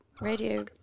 Radio